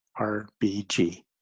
RBG